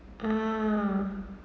ah